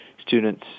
students